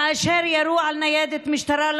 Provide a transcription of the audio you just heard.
כשירו על ניידת משטרה?